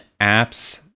apps